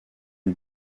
une